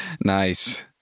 Nice